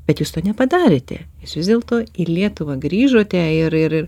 bet jūs to nepadarėte jūs vis dėlto į lietuvą grįžote ir ir